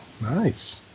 nice